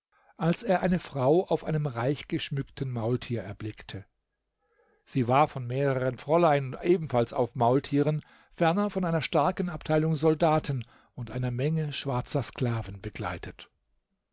als er eine frau auf einem reichgeschmückten maultier erblickte sie war von mehreren fräulein ebenfalls auf maultieren ferner von einer starken abteilung soldaten und einer menge schwarzer sklaven begleitet